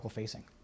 facing